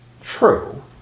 true